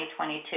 2022